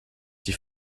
die